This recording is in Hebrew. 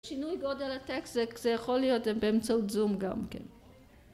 שינוי גודל הטקסט זה יכול להיות באמצעות זום גם כן